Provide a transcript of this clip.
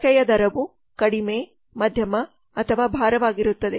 ಬಳಕೆಯ ದರವು ಕಡಿಮೆ ಮಧ್ಯಮ ಅಥವಾ ಭಾರವಾಗಿರುತ್ತದೆ